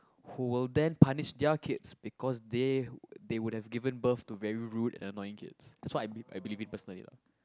who will then punish their kids because they they would have given birth to very rude and annoying kids that's why I beli~ I believe in personally lah